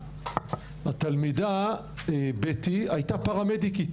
התלמידה בטי הייתה פרמדיקית.